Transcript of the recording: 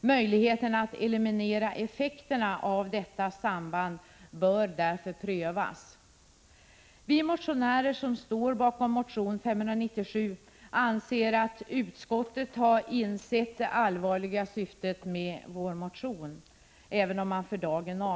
Möjligheterna att eliminera effekterna av detta samband bör därför prövas. Vi som står bakom motion 597 anser att utskottet har insett motionens allvarliga syfte, även om man har